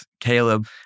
Caleb